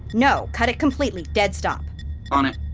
no, cut it completely. dead stop on it